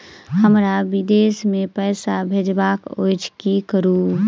हमरा विदेश मे पैसा भेजबाक अछि की करू?